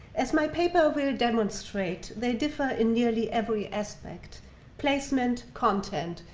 as my paper will demonstrate, they differ in nearly every aspect placement, content,